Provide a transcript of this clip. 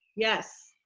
yes,